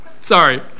Sorry